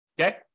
Okay